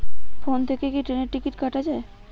Phone থেকে কি ট্রেনের টিকিট কাটা য়ায়?